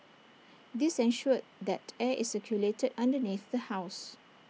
this ensured that air is circulated underneath the house